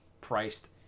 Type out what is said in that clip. priced